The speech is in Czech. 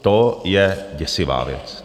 To je děsivá věc.